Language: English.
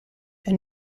and